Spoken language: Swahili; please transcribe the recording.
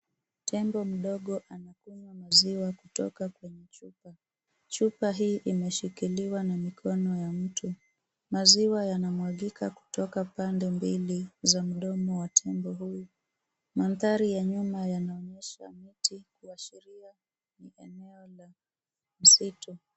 Tembo mdogo anakunywa maziwa kutoka kwenye chupa. Chupa hii imeshikiliwa na mikono ya mtu. Maziwa yanamwagika kutoka pande mbili za mdomo wa tembo huyu. Mandhari ya nyuma yanaonyesha miti, kuashiria ni eneo la msitu.